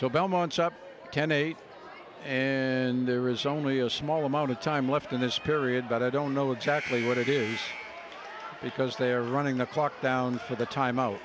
so belmont's up ten eight and there is only a small amount of time left in this period but i don't know exactly what it is because they are running the clock down for the time out